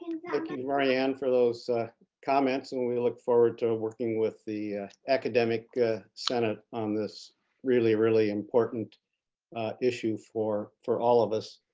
like you, raeanne for those comments and we look forward to working with the academic senate on this really, really important issue for for all of us.